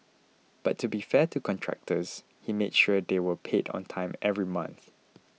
but to be fair to contractors he made sure they were paid on time every month